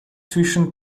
zwischen